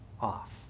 off